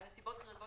על נסיבות חריגות